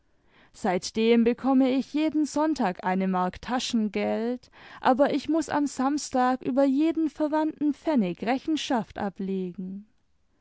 seitdem bekomme ich jeden sonntag eine mark taschengeld aber ich muß am samstag über jeden verwandten pfennig rechenschaft ablegen